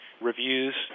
reviews